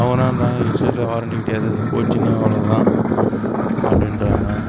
அவ்வளோ தாங்க ஹெட் செட்லாம் வாரண்டி கிடையாது இது போய்ட்ச்சின்னா அவ்வளோதான் அப்படின்றாங்க